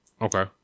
Okay